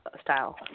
style